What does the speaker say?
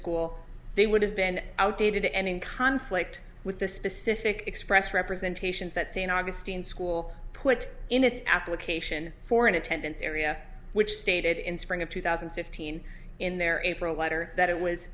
school they would have been outdated and in conflict with the specific express representation that st augustine school put in its application for an attendance area which stated in spring of two thousand and fifteen in their april letter that it was